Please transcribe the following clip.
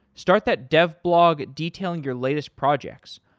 start that dev blog detailing your latest projects.